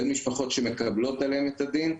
בין משפחות שמקבלות עליהן את הדין,